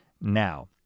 now